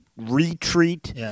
retreat